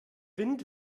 wind